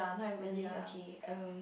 really okay um